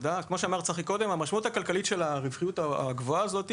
המשמעות הכלכלית של הרווחיות הגבוהה הזאת,